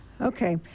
Okay